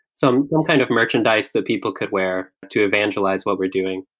some um kind of merchandise that people could wear to evangelize what we're doing.